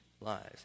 lives